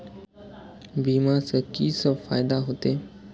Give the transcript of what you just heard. बीमा से की सब फायदा होते?